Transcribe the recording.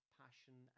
passion